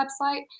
website